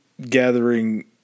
gathering